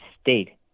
state